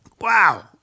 Wow